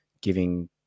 giving